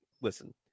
listen